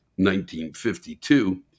1952